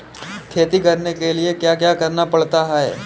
खेती करने के लिए क्या क्या करना पड़ता है?